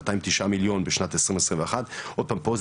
209 מיליון בשנת 2021. עוד פעם פה זה